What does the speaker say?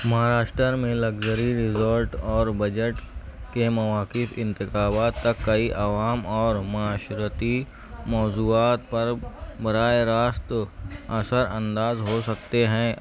مہاراشٹر میں luxury resort اور budget کے مواقف انتخابات کا کئی عوام اور معاشرتی موضوعات پر براہ راست اثرانداز ہو سکتے ہیں